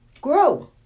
Grow